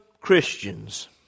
Christians